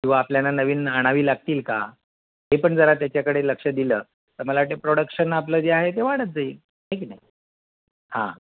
किंवा आपल्याला नवीन आणावी लागतील का ते पण जरा त्याच्याकडे लक्ष दिलं त मला वाटते प्रॉडक्शन आपलं जे आहे ते वाढत जाईल हो की नाही हां